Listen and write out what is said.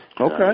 Okay